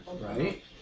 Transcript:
Right